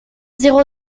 zéro